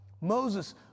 Moses